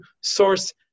source